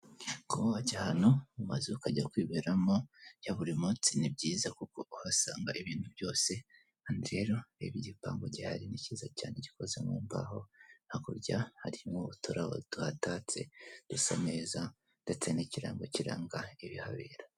Kuba wajya ahantu mu mazu, ukajya kwiberamo, buri munsi ni byiza kuko uhasanga ibintu byose kandi rero reba igipangu gihari ni kiza cyane, gikoze mu mbaho, hakurya harimo uturabo tuhatatse dusa neza ndetse n'kirarango kiranga ibihabera.